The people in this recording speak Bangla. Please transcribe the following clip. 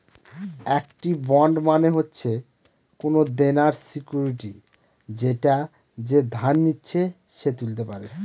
একটি বন্ড মানে হচ্ছে কোনো দেনার সিকুইরিটি যেটা যে ধার নিচ্ছে সে তুলতে পারে